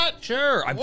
Sure